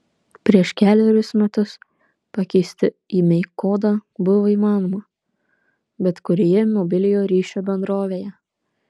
prieš kelerius metus pakeisti imei kodą buvo įmanoma bet kurioje mobiliojo ryšio bendrovėje